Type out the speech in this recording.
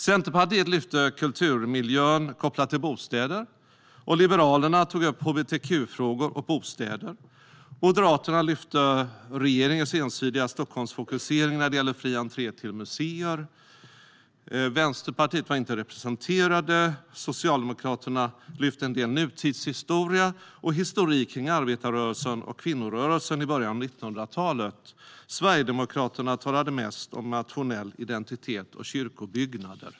Centerpartiet lyfte fram kulturmiljön kopplat till bostäder, Liberalerna tog upp hbtq-frågor och bostäder och Moderaterna lyfte fram regeringens ensidiga Stockholmsfokusering när det gäller fri entré till museer. Vänsterpartiet var inte representerade. Socialdemokraterna lyfte fram en del nutidshistoria och historik kring arbetarrörelsen och kvinnorörelsen i början av 1900-talet. Sverigedemokraterna talade mest om nationell identitet och kyrkobyggnader.